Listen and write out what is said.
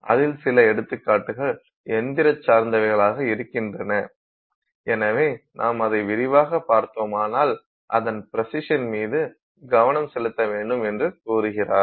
அதில் சில எடுத்துக்காட்டுகள் இயந்திர சார்ந்தவைகளாக இருக்கின்றன எனவே நாம் அதை விரிவாக பார்த்தோமானால் அதன் ப்ரிசிஷன் மீது கவனம் செலுத்த வேண்டும் எனக் கூறுகிறார்